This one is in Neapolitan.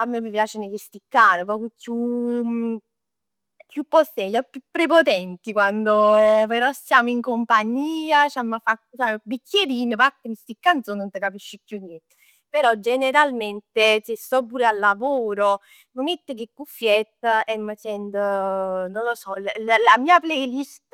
A me m' piaceno chisticcà, nu poc chiù. Chiù possenti, chiù prepotenti quando, però stiamo in compagnia, c'amma fa, sai, nu bicchierino, parteno sti canzon e nun s'capisce chiù niente. Però generalmente se sto pure a lavoro, m' mett cu 'e cuffiette e m'sent, non lo so. L- l- la mia playlist